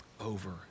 over